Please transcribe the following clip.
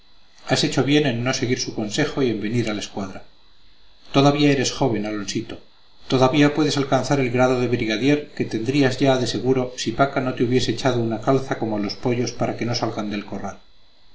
has hecho bien en no seguir su consejo y en venir a la escuadra todavía eres joven alonsito todavía puedes alcanzar el grado de brigadier que tendrías ya de seguro si paca no te hubiese echado una calza como a los pollos para que no salgan del corral